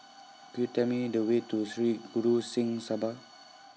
Could YOU Tell Me The Way to Sri Guru Singh Sabha